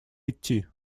идти